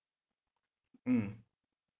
mm